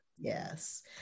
Yes